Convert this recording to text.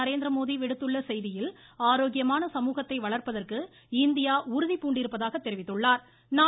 நரேந்திரமோடி விடுத்துள்ள செய்தியில் ஆரோக்கியமான சமூகத்தை வளர்ப்பதற்கு இந்தியா உறுதிபூண்டிருப்பதாக தெரிவித்துள்ளா்